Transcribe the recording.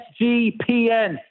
SGPN